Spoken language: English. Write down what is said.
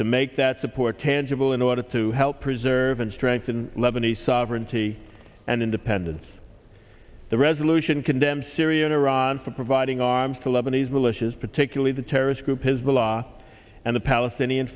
to make that support tangible in order to help preserve and strengthen lebanese sovereignty and independence the resolution condemns syria and iran for providing arms to lebanese militias particularly the terrorist group is the law and the palestinian